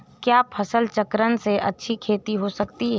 क्या फसल चक्रण से अच्छी खेती हो सकती है?